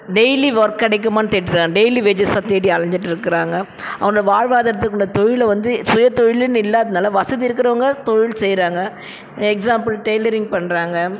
daily work கிடைக்குமா தேடுறேன் daily வேஜஸ்ஸாக தேடி அலைஞ்சிட்டு இருக்கிறாங்க அவங்களோட வாழ்வாதாரத்துக்கு உள்ள தொழிலை வந்து சுயதொழிலுன்னு இல்லாதனால வசதி இருக்குறவங்க தொழில் செய்யறாங்க எக்ஸ்சாம்பில் டெய்லரிங் பண்ணுறாங்க